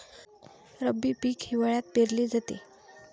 रब्बी पीक हिवाळ्यात पेरले जाते